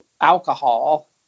alcohol